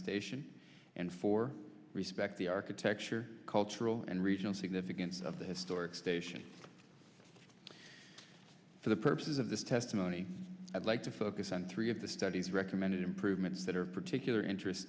station and for respect the architecture cultural and regional significance of the historic station for the purposes of this testimony i'd like to focus on three of the studies recommended improvements that are particular interest